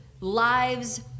lives